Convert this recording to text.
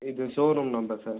இது showroom number sir